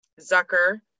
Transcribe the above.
Zucker